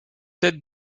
dette